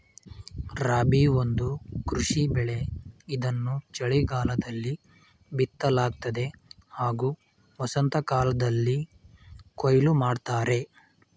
ರಾಬಿ ಒಂದು ಕೃಷಿ ಬೆಳೆ ಇದನ್ನು ಚಳಿಗಾಲದಲ್ಲಿ ಬಿತ್ತಲಾಗ್ತದೆ ಹಾಗೂ ವಸಂತಕಾಲ್ದಲ್ಲಿ ಕೊಯ್ಲು ಮಾಡ್ತರೆ